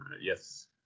Yes